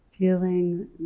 Feeling